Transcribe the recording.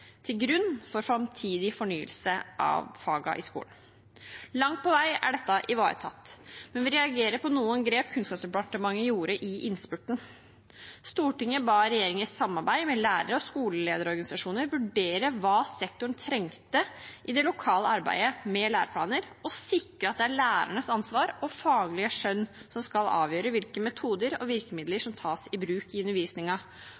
til grunn for framtidig fornyelse av fagene i skolen. Langt på vei er dette ivaretatt, men vi reagerer på noen grep Kunnskapsdepartementet gjorde i innspurten. Stortinget ba regjeringen i samarbeid med lærer- og skolelederorganisasjoner vurdere hva sektoren trengte i det lokale arbeidet med læreplaner, og sikre at det er lærernes ansvar og faglige skjønn som skal avgjøre hvilke metoder og virkemidler